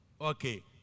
Okay